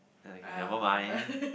ah if never mind